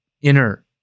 inner